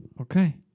Okay